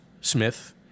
Smith